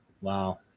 Wow